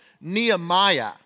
Nehemiah